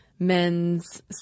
men's